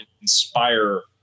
inspire